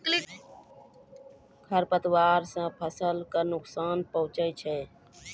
खरपतवार से फसल क नुकसान पहुँचै छै